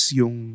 yung